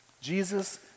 Jesus